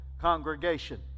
congregation